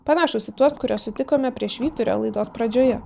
panašūs į tuos kuriuos sutikome prie švyturio laidos pradžioje